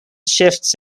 shifts